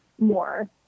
more